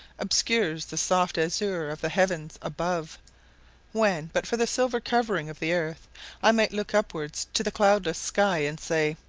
obscures the soft azure of the heavens above when but for the silver covering of the earth i might look upwards to the cloudless sky and say,